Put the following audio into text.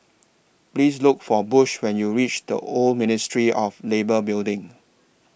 Please Look For Bush when YOU REACH Old Ministry of Labour Building